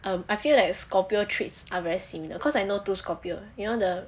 I feel that scorpio traits are very similar cause I know two scorpio you know the